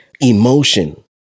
emotion